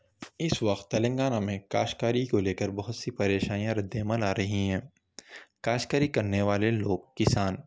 اس وقت تلنگانہ میں کاشتکاری کو لے کر بہت سی پریشانیاں ردعمل آ رہی ہیں کاشتکاری کرنے والے لوگ کسان